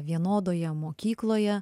vienodoje mokykloje